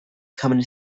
commonly